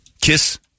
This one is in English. Kiss